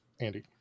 Andy